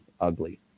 ugly